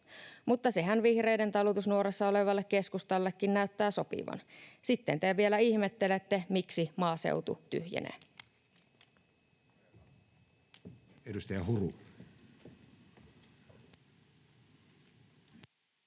mutta sehän vihreiden talutusnuorassa olevalle keskustallekin näyttää sopivan. Sitten te vielä ihmettelette, miksi maaseutu tyhjenee.